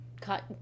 cut